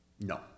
No